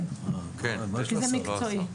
כן, זה מקצועי.